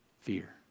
fear